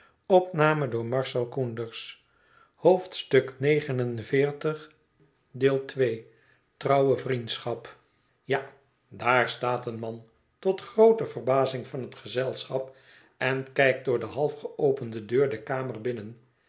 la daar staat een man tot groote verbazing van het gezelschap en kijkt door de half geopende deur de kamer binnen